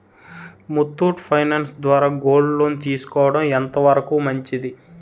Muthoot finance ద్వారా gold loan తీసుకోవడం ఎంత వరకు మంచిది?